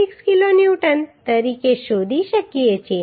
06 kilonewton તરીકે શોધી શકીએ છીએ